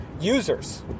users